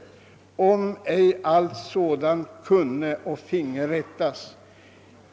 Om ej alt sådant kunne och finge rättas.